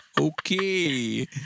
Okay